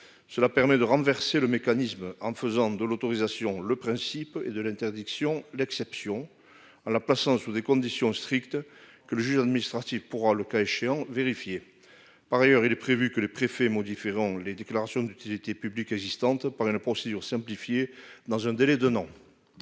cela permet de renverser le mécanisme en faisant de l'autorisation, le principe de l'interdiction l'exception en la plaçant sous des conditions strictes que le juge administratif pourra, le cas échéant, vérifier par ailleurs il est prévu que les préfets mon différents, les déclarations d'utilité publique, assistante par une procédure simplifiée, dans un délai d'un an.